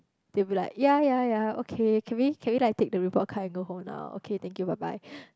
they will like ya ya ya okay can we can we like take the report card and go home now okay thank you bye bye